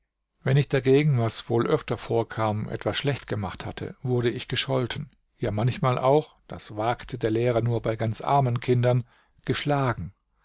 wenn ich dagegen was wohl öfter vorkam etwas schlecht gemacht hatte wurde ich gescholten ja manchmal auch das wagte der lehrer nur bei ganz armen kindern geschlagen